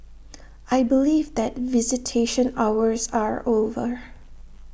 I believe that visitation hours are over